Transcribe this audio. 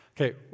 Okay